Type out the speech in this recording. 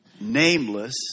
nameless